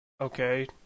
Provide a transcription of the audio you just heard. Okay